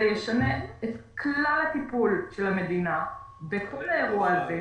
זה ישנה את כלל הטיפול של המדינה בכל האירוע הזה,